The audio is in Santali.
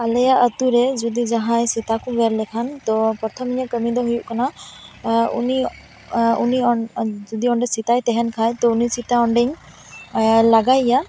ᱟᱞᱮᱭᱟᱜ ᱟᱹᱛᱩ ᱨᱮ ᱡᱩᱫᱤ ᱡᱟᱦᱟᱭ ᱥᱮᱛᱟ ᱠᱚ ᱜᱮᱨ ᱞᱮᱠᱷᱟᱱ ᱛᱳ ᱯᱨᱚᱛᱷᱚᱢ ᱤᱧᱟᱹᱜ ᱠᱟᱹᱢᱤ ᱫᱚ ᱦᱩᱭᱩᱜ ᱠᱟᱱᱟ ᱩᱱᱤ ᱩᱱᱤ ᱡᱩᱫᱤ ᱚᱸᱰᱮ ᱥᱮᱛᱟᱭ ᱛᱟᱦᱮᱸᱱ ᱠᱷᱟᱡ ᱛᱳ ᱩᱱᱤ ᱥᱮᱛᱟ ᱚᱸᱰᱮᱧ ᱞᱟᱜᱟᱭᱮᱭᱟ